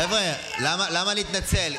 חבר'ה, למה להתנצל?